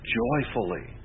joyfully